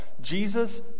Jesus